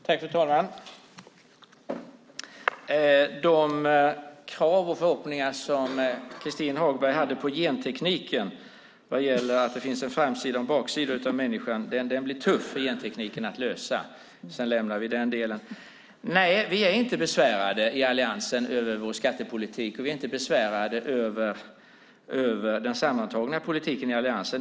Fru talman! De krav och förhoppningar som Christin Hagberg hade på gentekniken vad gäller att det finns en framsida och en baksida på människan blir tuff för gentekniken att lösa. Därmed lämnar vi den delen. Nej, vi i Alliansen är inte besvärade över vår skattepolitik, och vi är inte besvärade över den sammantagna politiken i Alliansen.